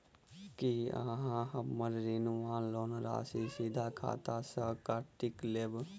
की अहाँ हम्मर ऋण वा लोन राशि सीधा खाता सँ काटि लेबऽ?